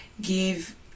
give